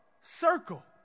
circle